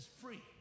free